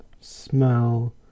smell